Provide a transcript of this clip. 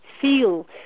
feel